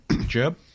jeb